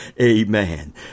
Amen